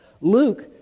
Luke